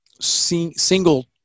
single